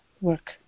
work